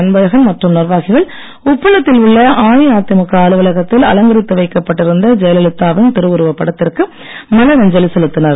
அன்பழகன் மற்றும் நிர்வாகிகள் உப்பளத்தில் உள்ள அஇஅதிமுக அலுவலகத்தில் அலங்கரித்து வைக்கப்பட்டிருந்த ஜெயலலிதா வின் திருஉருவப் படத்திற்கு மலர் அஞ்சலி செலுத்தினர்